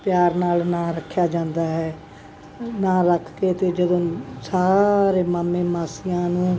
ਪਿਆਰ ਨਾਲ ਨਾਂ ਰੱਖਿਆ ਜਾਂਦਾ ਹੈ ਨਾਂ ਰੱਖ ਕੇ ਅਤੇ ਜਦੋਂ ਸਾਰੇ ਮਾਮੇ ਮਾਸੀਆਂ ਨੂੰ